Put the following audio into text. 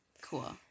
Cool